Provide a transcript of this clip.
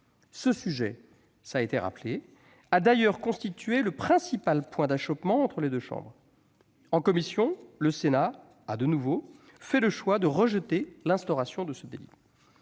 Ce sujet a d'ailleurs constitué le principal point d'achoppement entre les deux chambres. En commission, le Sénat a, de nouveau, fait le choix de rejeter l'instauration de ce délit.